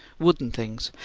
wooden things,